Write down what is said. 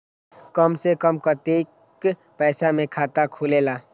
कम से कम कतेइक पैसा में खाता खुलेला?